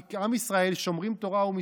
כי עם ישראל שומרים תורה ומצוות,